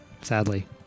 Sadly